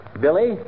Billy